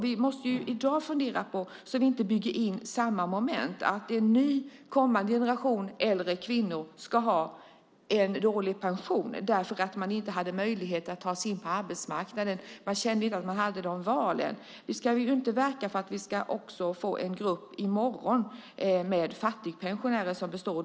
Vi måste i dag fundera över detta så att vi inte bygger in samma moment, så att inte en kommande generation äldre kvinnor får dålig pension för att de inte hade möjlighet att ta sig in på arbetsmarknaden eller inte kände att de kunde göra ett sådant val. Vi ska inte verka för att vi också i morgon ska få en grupp kvinnliga fattigpensionärer.